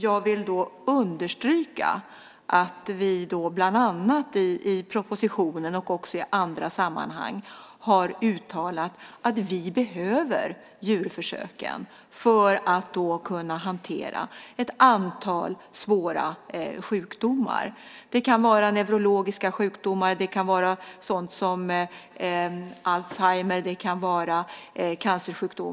Jag vill understryka att vi bland annat i propositionen och även i andra sammanhang har uttalat att vi behöver djurförsöken för att kunna hantera ett antal svåra sjukdomar. Det kan vara neurologiska sjukdomar, sådant som alzheimer och cancersjukdomar.